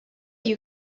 you